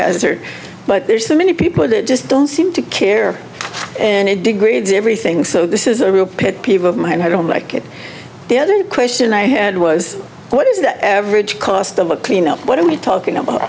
hazard but there's so many people that just don't seem to care and it degrades everything so this is a real pet peeve of mine and i don't like it the other question i had was what is the average cost of a cleanup what are we talking about